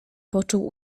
począł